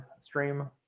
stream